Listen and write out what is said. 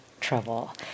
Trouble